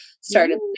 started